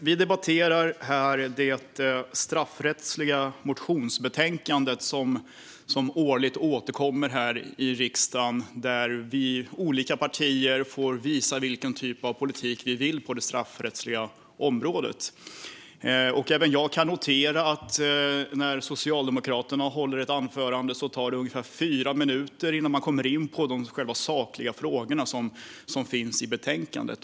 Vi debatterar här det straffrättsliga motionsbetänkande som årligen återkommer i riksdagen och där vi partier får visa vilken typ av politik vi vill ha på det straffrättsliga området. Även jag kan notera att det när Socialdemokraterna håller ett anförande tar ungefär fyra minuter innan man kommer in på själva de sakfrågor som finns i betänkandet.